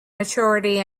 maturity